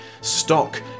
stock